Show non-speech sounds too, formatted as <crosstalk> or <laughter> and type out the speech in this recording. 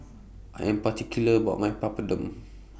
I Am particular about My Papadum <noise>